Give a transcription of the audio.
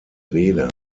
rede